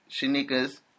Shanika's